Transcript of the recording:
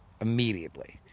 Immediately